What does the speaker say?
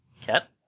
Cat